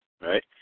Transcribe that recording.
right